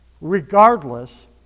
regardless